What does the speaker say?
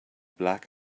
black